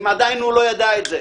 אם עדיין הוא לא ידע את זה.